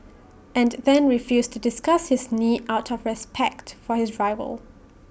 and then refused to discuss his knee out of respect for his rival